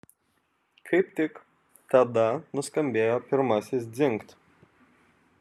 kaip tik tada nuskambėjo pirmasis dzingt